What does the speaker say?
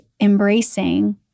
embracing